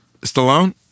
Stallone